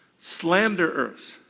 slanderers